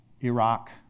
Iraq